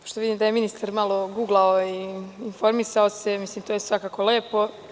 Pošto vidim da je ministar malo oguglao i informisao se, to je svakako lepo.